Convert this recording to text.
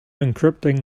encrypting